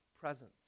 presence